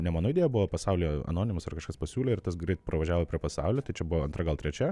ne mano idėja buvo pasaulio anonimas ar kažkas pasiūlė ir tas greit pravažiavo pro pasaulį tai čia buvo antra gal trečia